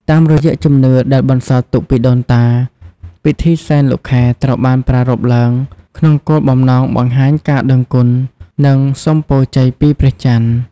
តាមរយៈជំនឿដែលបន្សល់ទុកពីដូនតា ពិធីសែនលោកខែត្រូវបានប្រារព្ធឡើងក្នុងគោលបំណងបង្ហាញការដឹងគុណ និងសុំពរជ័យពីព្រះច័ន្ទ។